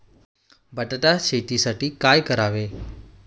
बटाटा शेतीसाठी काय करावे?